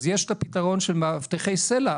אז יש את הפתרון של מאבטחי סל"ע,